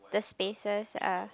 the spaces ah